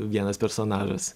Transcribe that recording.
vienas personažas